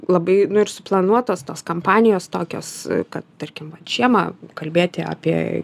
labai nu ir suplanuotos tos kampanijos tokios kad tarkim vat žiemą kalbėti apie